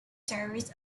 terrorist